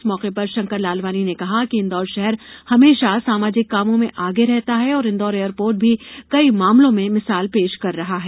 इस मौके पर शंकर लालवानी ने कहा कि इंदौर शहर हमेशा सामाजिक कामों में आगे रहता है और इंदौर एयरपोर्ट भी कई मामलों में मिसाल पेश कर रहा है